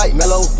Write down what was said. mellow